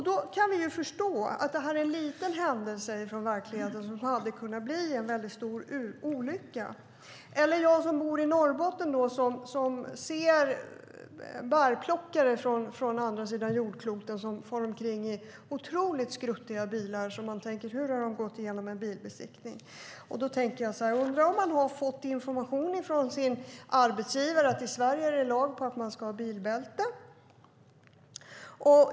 Då kan vi förstå att det här är en liten händelse från verkligheten som hade kunnat bli en stor olycka. Jag som bor i Norrbotten ser bärplockare från andra sidan jordklotet som far omkring i otroligt skruttiga bilar. Man tänker: Hur har de gått igenom en bilbesiktning? Då tänker jag så här: Undrar om de har fått information från sin arbetsgivare om att det i Sverige är lag på att man ska ha bilbälte.